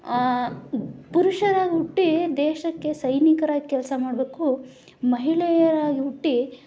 ಪುರುಷರಾಗಿ ಹುಟ್ಟಿ ದೇಶಕ್ಕೆ ಸೈನಿಕರಾಗಿ ಕೆಲಸ ಮಾಡಬೇಕು ಮಹಿಳೆಯರಾಗಿ ಹುಟ್ಟಿ